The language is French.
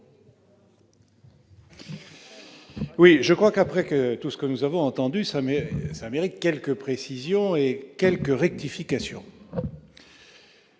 Oui, je crois qu'après que tout ce que nous avons entendu sonner ça mérite quelques précisions et quelques rectifications.